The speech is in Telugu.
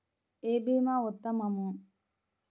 ఏ భీమా ఉత్తమము?